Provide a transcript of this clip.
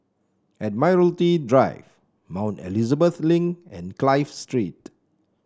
Admiralty Drive Mount Elizabeth Link and Clive Street